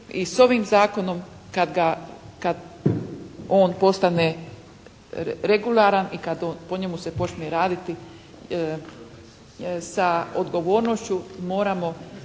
a s ovim zakonom kad ga, kad on postane regularan i kad po njemu se počne raditi sa odgovornošću moramo